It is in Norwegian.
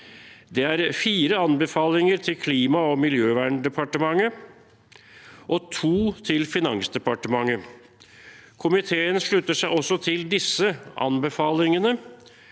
Det er fire anbefalinger til Klima- og miljødepartementet og to til Finansdepartementet. Komiteen slutter seg også til disse anbefalingene